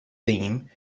theme